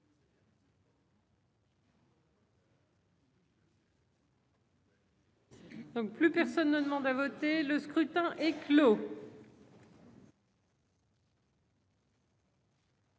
plus personne ne demande à voter Le scrutin est clos.